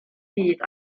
dydd